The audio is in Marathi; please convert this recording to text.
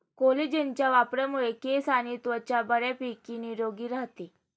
कोलेजनच्या वापरामुळे केस आणि त्वचा बऱ्यापैकी निरोगी राहते